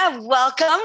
welcome